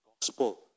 gospel